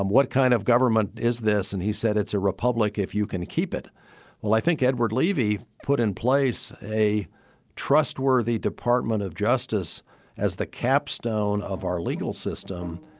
um what kind of government is this? and he said, it's a republic if you can keep it well, i think edward leavy put in place a trustworthy department of justice as the capstone of our legal system.